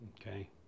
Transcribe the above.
Okay